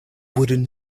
wooden